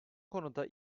konuda